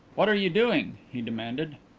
what are you doing? he demanded.